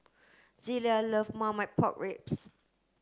Zelia love Marmite Pork Ribs